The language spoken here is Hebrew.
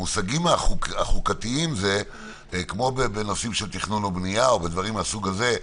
המושגים החוקתיים הם כמו בנושאים של תכנון ובנייה ודברים מהסוג הזה,